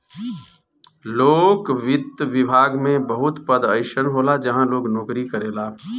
लोक वित्त विभाग में बहुत पद अइसन होला जहाँ लोग नोकरी करेला